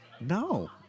No